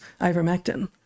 ivermectin